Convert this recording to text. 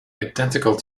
identical